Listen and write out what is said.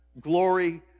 glory